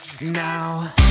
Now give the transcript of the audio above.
Now